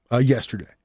yesterday